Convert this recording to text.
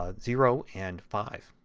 ah zero and five.